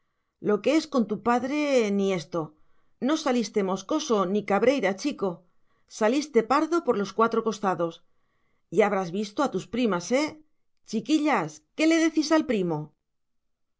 lo que es con tu padre ni esto no saliste moscoso ni cabreira chico saliste pardo por los cuatro costados ya habrás visto a tus primas eh chiquillas qué le decís al primo